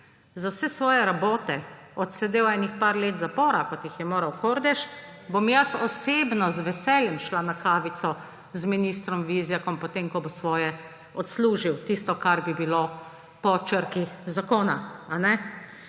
za vse svoje rabote odsedel enih par let zapora, kot jih je moral Kordež, bom jaz osebno z veseljem šla na kavico z ministrom Vizjakom, potem ko bo svoje odslužil − tisto, kar bi bilo po črki zakona. Tako